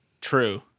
true